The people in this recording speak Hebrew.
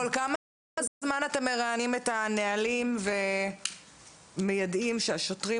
כל כמה זמן אתה מרעננים את הנהלים ומיידעים את השוטרים